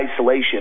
isolation